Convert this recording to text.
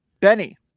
Benny